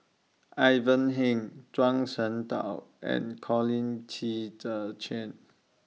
Ivan Heng Zhuang Shengtao and Colin Qi Zhe Quan